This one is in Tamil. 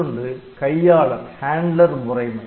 மற்றொன்று கையாளர் முறைமை